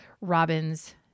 robin's